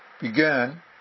began